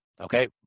Okay